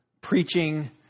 preaching